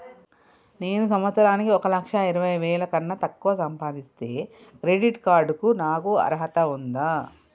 నేను సంవత్సరానికి ఒక లక్ష ఇరవై వేల కన్నా తక్కువ సంపాదిస్తే క్రెడిట్ కార్డ్ కు నాకు అర్హత ఉందా?